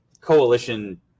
coalition